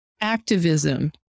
activism